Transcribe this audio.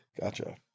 Gotcha